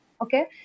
okay